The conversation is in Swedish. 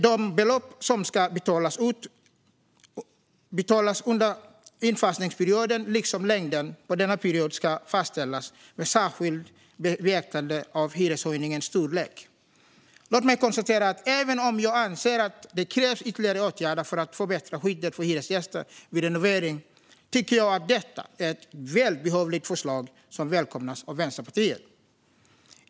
De belopp som ska betalas under infasningsperioden liksom längden på denna period ska fastställas med särskilt beaktande av hyreshöjningens storlek. Låt mig konstatera att även om jag anser att det krävs ytterligare åtgärder för att förbättra skyddet för hyresgäster vid renoveringar är det ett välbehövligt förslag som välkomnas av Vänsterpartiet.